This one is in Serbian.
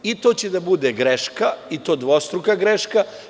To će da bude greška i to dvostruka greška.